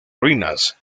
ruinas